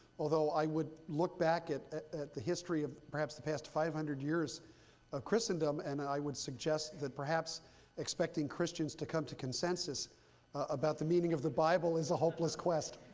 although i would look back at at the history of perhaps the past five hundred years of christendom, and i would suggest that perhaps expecting christians to come to consensus about the meaning of the bible is a hopeless quest.